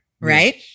Right